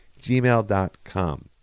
gmail.com